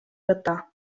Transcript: võta